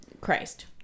Christ